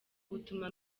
gutuma